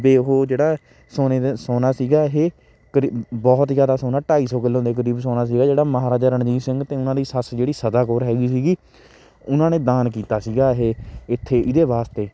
ਵੀ ਉਹ ਜਿਹੜਾ ਸੋਨੇ ਦੇ ਸੋਨਾ ਸੀਗਾ ਇਹ ਕਰੀ ਬਹੁਤ ਜ਼ਿਆਦਾ ਸੋਨਾ ਢਾਈ ਸੌ ਕਿਲੋ ਦੇ ਕਰੀਬ ਸੋਨਾ ਸੀਗਾ ਜਿਹੜਾ ਮਹਾਰਾਜਾ ਰਣਜੀਤ ਸਿੰਘ ਅਤੇ ਉਹਨਾਂ ਦੀ ਸੱਸ ਜਿਹੜੀ ਸਦਾ ਕੌਰ ਹੈਗੀ ਸੀਗੀ ਉਹਨਾਂ ਨੇ ਦਾਨ ਕੀਤਾ ਸੀਗਾ ਇਹ ਇੱਥੇ ਇਹਦੇ ਵਾਸਤੇ